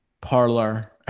parlor